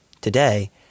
Today